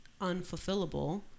unfulfillable